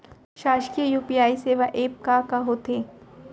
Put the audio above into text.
शासकीय यू.पी.आई सेवा एप का का होथे?